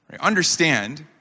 understand